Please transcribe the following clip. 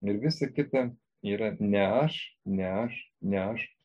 ir visa kita yra ne aš ne aš ne aš